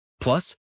Plus